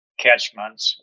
catchments